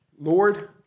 Lord